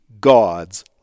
God's